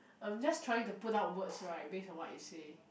I'm just trying to put out words right base on what you say